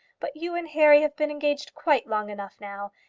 but you and harry have been engaged quite long enough now,